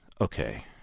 Okay